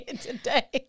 today